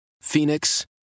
Phoenix